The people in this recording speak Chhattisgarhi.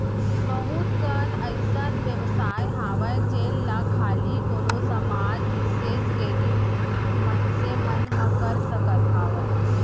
बहुत कन अइसन बेवसाय हावय जेन ला खाली कोनो समाज बिसेस के ही मनसे मन ह कर सकत हावय